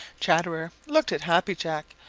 chatterer looked at happy jack,